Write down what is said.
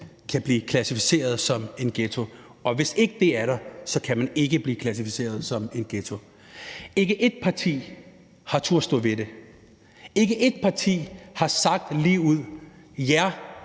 kan blive klassificeret som en ghetto, og at man, hvis ikke det er der, ikke kan blive klassificeret som en ghetto. Ikke ét parti har turdet stå ved det – ikke ét parti har sagt ligeud: Ja, det